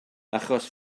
achos